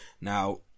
Now